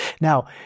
Now